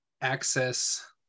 access